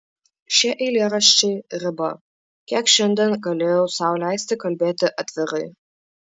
šie eilėraščiai riba kiek šiandien galėjau sau leisti kalbėti atvirai